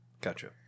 Gotcha